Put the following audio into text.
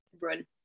run